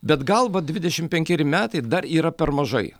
bet gal va dvidešimt penkeri metai dar yra per mažai